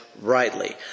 rightly